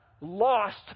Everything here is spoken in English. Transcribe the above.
lost